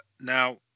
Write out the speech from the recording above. now